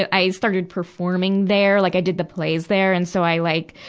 ah i started performing there. like, i did the plays there. and so, i, like,